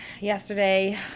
Yesterday